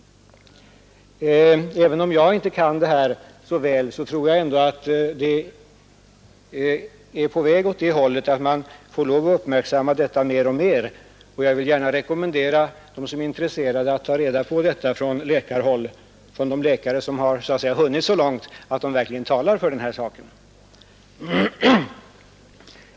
Även om jag inte kan det här ämnet så väl tror jag ändå att vi är på väg åt det hållet, att man måste uppmärksamma detta förhållande mer och mer. Och jag vill gärna rekommendera dem som är intresserade av sockrets skadliga inverkan att ta reda på från läkarhåll — från de läkare som hunnit så långt i sin egen kunskap att de verkligen talar för den här saken — hur det förhåller sig.